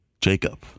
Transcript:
Jacob